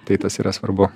tai tas yra svarbu